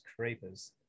creepers